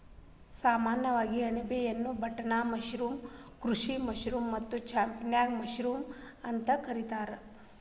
ಸಾಮಾನ್ಯವಾಗಿ ಅಣಬೆಯನ್ನಾ button mushroom, ಕೃಷಿ ಮಶ್ರೂಮ್ ಮತ್ತ ಚಾಂಪಿಗ್ನಾನ್ ಮಶ್ರೂಮ್ ಅಂತ ಕರಿತಾರ